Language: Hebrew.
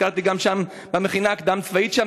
ביקרתי גם במכינה הקדם-צבאית שם,